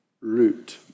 root